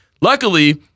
Luckily